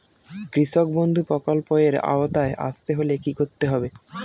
কৃষকবন্ধু প্রকল্প এর আওতায় আসতে হলে কি করতে হবে?